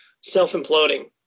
self-imploding